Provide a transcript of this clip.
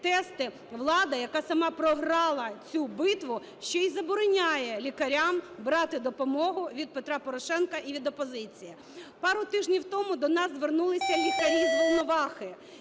тести, влада, яка сама програла цю битву, ще і забороняє лікарям брати допомогу від Петра Порошенка і від опозиції. Пару тижнів тому до нас звернулися лікарі з Волновахи.